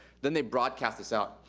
then they broadcast this out.